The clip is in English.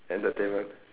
entertainment